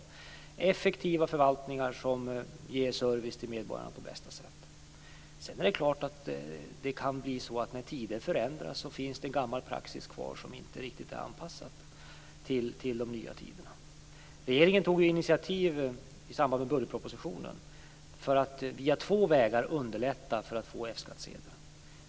Vi har effektiva förvaltningar som ger service till medborgarna på bästa sätt. Sedan är det klart att när tider förändras kan det finnas gammal praxis kvar som inte riktigt är anpassad till de nya tiderna. I samband med budgetpropositionen tog regeringen initiativ för att via två vägar underlätta för att få F-skattsedel.